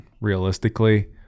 realistically